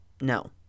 No